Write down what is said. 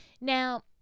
Now